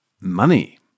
money